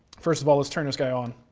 first of all, let's turn this guy on.